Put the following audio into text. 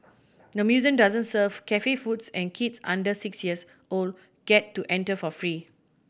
the museum doesn't serve cafe foods and kids under six years old get to enter for free